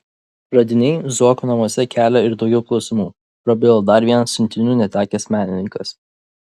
radiniai zuokų namuose kelia ir daugiau klausimų prabilo dar vienas siuntinių netekęs menininkas